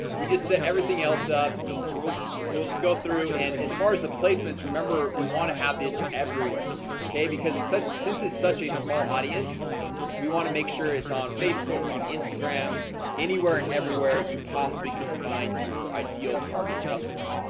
we just set everything else up so we will just go through and as far as the placements remember, we want to have this everywhere okay, because it since it's such a small audience we want to make sure it's on facebook on instagram anywhere and everywhere you possibly could find your ideal target customer.